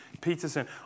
Peterson